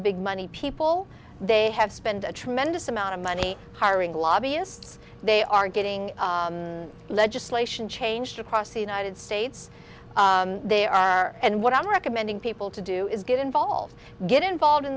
the big money people they have spend a tremendous amount of money hiring lobbyists they are getting legislation changed across the united states there are and what i'm recommending people to do is get involved get involved in